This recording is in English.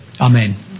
Amen